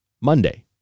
Monday